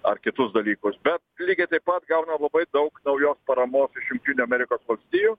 ar kitus dalykus bet lygiai taip pat gauna ir labai daug naujos paramos iš jungtinių amerikos valstijų